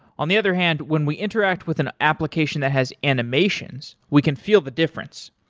on the other hand, when we interact with an application that has animations, we can feel the difference.